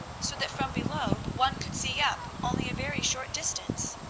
so that from below one could see up only a very short distance.